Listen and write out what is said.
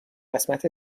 قسمت